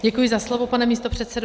Děkuji za slovo, pane místopředsedo.